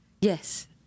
Yes